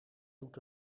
doet